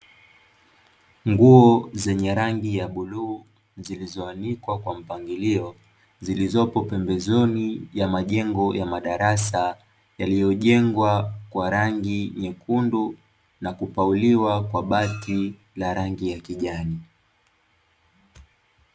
Nguo zenye rangi ya bluu zilizoanikwa kwa mpangilio, zilizopo pembezoni ya majengo ya madarasa yaliyojengwa kwa rangi nyekundu, na kupauliwa kwa bati la rangi ya kijani.